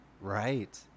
right